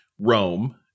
Rome